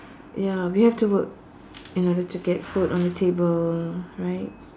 ya we have to work in order to get food on the table right